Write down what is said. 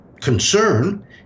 concern